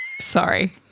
Sorry